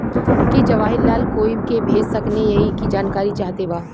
की जवाहिर लाल कोई के भेज सकने यही की जानकारी चाहते बा?